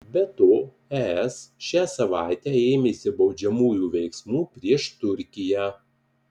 be to es šią savaitę ėmėsi baudžiamųjų veiksmų prieš turkiją